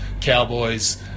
Cowboys